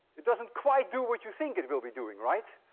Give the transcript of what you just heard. it doesn't quite do what you think it will be doing, right?